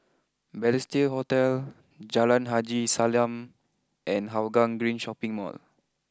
Balestier Hotel Jalan Haji Salam and Hougang Green Shopping Mall